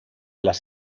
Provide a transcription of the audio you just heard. las